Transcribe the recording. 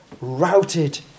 routed